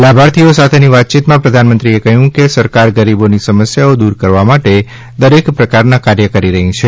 લાભાર્થીઓ સાથેની વાતચીતમાં પ્રધાનમંત્રીએ કહ્યું કે સરકાર ગરીબોની સમસ્યાઓ દૂર કરવા માટે દરેક પ્રકારના કાર્ય કરી રહી છે